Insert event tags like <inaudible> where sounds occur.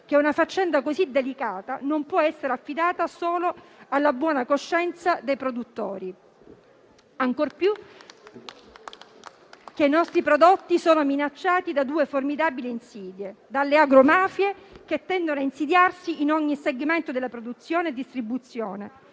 che una faccenda così delicata non può essere affidata solo alla buona coscienza dei produttori, <applause> tanto più perché i nostri prodotti sono minacciati da due formidabili insidie: dalle agromafie, che tendono a insediarsi in ogni segmento della produzione e distribuzione,